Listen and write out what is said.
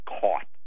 caught